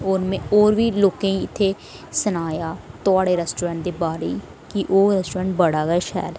और में और बी लोकें गी इत्थै सनाया तुआढ़े रेस्ट्रोरेंट दा बाहर दे बारे च कि ओह् रेस्ट्रोरेंट बड़ा शैल ऐ